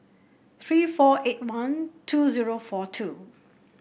three four eight one two zero four two